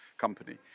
Company